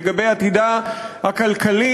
לגבי עתידה הכלכלי,